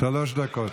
שלוש דקות.